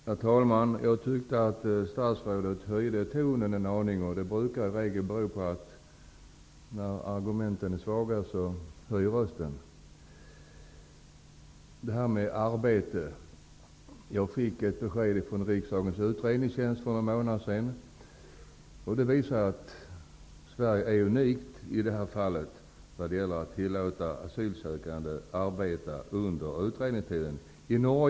Herr talman! Statsrådet tycktes höja tonen en aning. Sådant beror i regel på att argumenten är svaga. Då höjer man rösten i stället. Från Riksdagens utredningstjänst fick jag för en månad sedan besked som visar att Sverige är unikt i detta fall när det gäller att tillåta asylsökande att arbeta under utredningstiden.